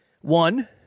One